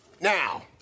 Now